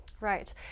Right